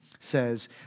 says